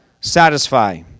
satisfy